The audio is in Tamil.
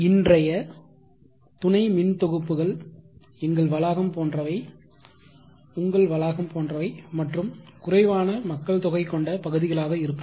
இன்றைய துணை மின் தொகுப்புகள் எங்கள் வளாகம் போன்றவை உங்கள் வளாகம் போன்றவை மற்றும் குறைவான மக்கள் தொகை கொண்ட பகுதிகளாக இருக்கும்